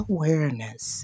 Awareness